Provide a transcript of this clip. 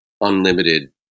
unlimited